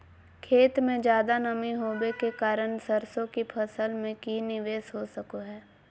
खेत में ज्यादा नमी होबे के कारण सरसों की फसल में की निवेस हो सको हय?